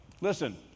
Listen